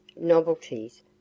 novelties